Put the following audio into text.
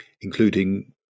including